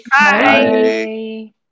bye